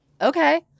Okay